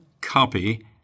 copy